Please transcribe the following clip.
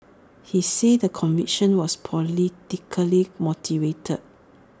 he said the conviction was politically motivated